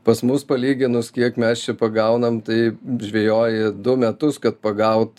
pas mus palyginus kiek mes čia pagaunam tai žvejoji du metus kad pagaut